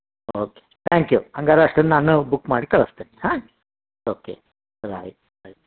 okay thank you ಹಂಗಾದ್ರೆ ಅಷ್ಟನ್ನ ನಾನು ಬುಕ್ ಮಾಡಿ ಕಳಿಸ್ತೀನಿ ಹಾಂ ಓಕೆ ರೈಟ್ ರೈಟ್